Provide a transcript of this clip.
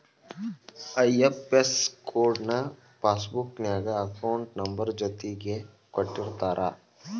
IFS code ನ passbook ನ್ಯಾಗ account number ಜೊತಿಗೆ ಕೊಟ್ಟಿರ್ತಾರ